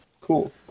Cool